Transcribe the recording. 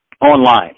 online